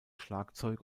schlagzeug